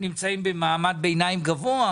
שנמצאים במעמד ביניים גבוה,